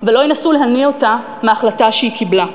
ולא ינסו להניא אותה מההחלטה שהיא קיבלה.